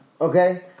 Okay